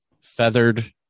Feathered